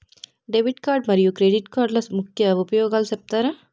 Debit card మరియు credit కార్డుల ముఖ్య ఉపయోగాలు సెప్తారా?